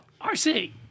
RC